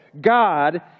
God